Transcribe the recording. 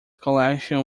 collection